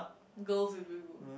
girls with big boob